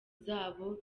zabo